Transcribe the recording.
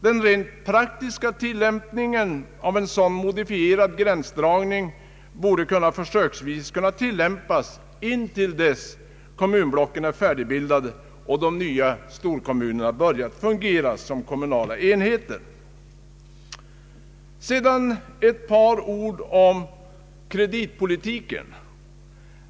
Den rent praktiska tillämpningen av en sådan modifierad gränsdragning borde kunna försöksvis tillämpas intill dess kommunblocken är färdigbildade och de nya storkommunerna börjat fungera som kommunala enheter. Sedan några ord om kreditpolitiken.